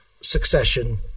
Succession